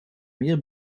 meer